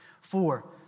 Four